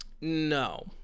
No